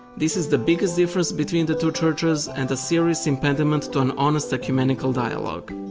this is the biggest difference between the two churches and a serious impediment to an honest ecumenical dialogue.